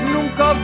Nunca